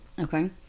Okay